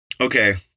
Okay